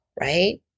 Right